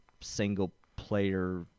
single-player